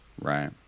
right